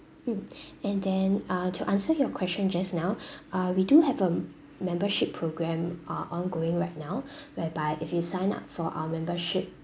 mm and then uh to answer your question just now uh we do have a membership programme uh ongoing right now whereby if you sign up for our membership